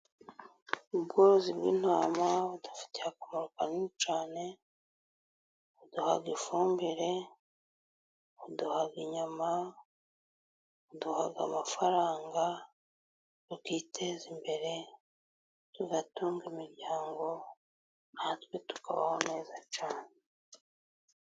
Ubwowurozi bw'intoma budufiteye akomaro kanini cyane, buduha ifumbire, buduha inyama, buduhaha amafaranga tukiteza imbere tugatunga imiryango natwe tukabaho neza cyane.